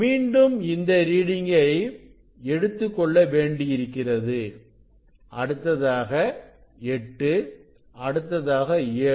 மீண்டும் இந்த ரீடிங்கை எடுத்துக்கொள்ள வேண்டியிருக்கிறது அடுத்ததாக 8 அடுத்தது 7